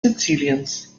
siziliens